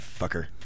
fucker